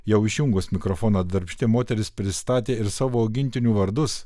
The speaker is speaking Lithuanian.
jau išjungus mikrofoną darbšti moteris pristatė ir savo augintinių vardus